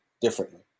differently